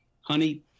honey